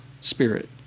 spirit